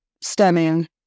stemming